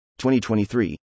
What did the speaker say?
2023